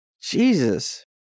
Jesus